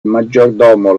maggiordomo